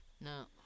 No